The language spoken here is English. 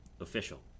official